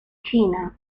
china